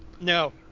No